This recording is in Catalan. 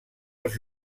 els